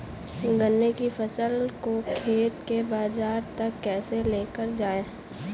गन्ने की फसल को खेत से बाजार तक कैसे लेकर जाएँ?